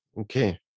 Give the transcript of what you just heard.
Okay